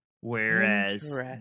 whereas